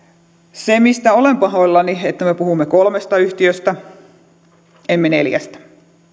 se mistä olen pahoillani on että me puhumme kolmesta yhtiöstä emme neljästä